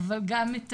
אבל גם את